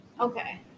Okay